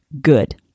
good